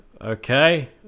Okay